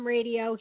Radio